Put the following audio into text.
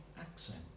accent